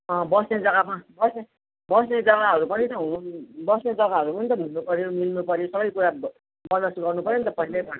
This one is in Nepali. बस्ने जग्गामा बस्ने बस्ने जग्गाहरू पनि त हुनु बस्ने जग्गाहरू पनि त हुनुपऱ्यो मिल्नु पऱ्यो सबैकुरा बन्दबस्त गर्नुपऱ्यो नि त पहिल्यैबाट होइन